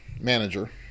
manager